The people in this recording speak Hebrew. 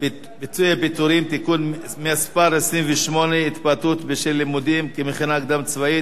פיצויי פיטורין (תיקון מס' 28) (התפטרות בשל לימודים במכינה קדם-צבאית),